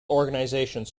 organizations